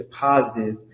positive